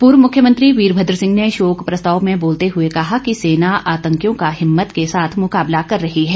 पूर्व मुख्मयंत्री वीरभद्र सिंह ने शोक प्रस्ताव में बोलते हुए कहा कि सेना आंतकियों का हिम्मत के साथ मुकाबला कर रही है